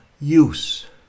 use